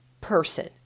person